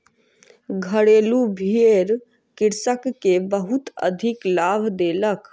घरेलु भेड़ कृषक के बहुत अधिक लाभ देलक